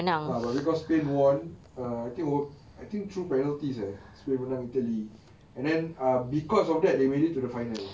ah but because spain won err I think o~ I think through penalties eh spain menang italy and then ah because of that they made it to the final